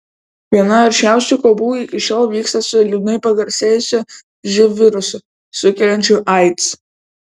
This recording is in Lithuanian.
viena aršiausių kovų iki šiol vyksta su liūdnai pagarsėjusiu živ virusu sukeliančiu aids